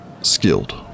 skilled